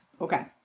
Okay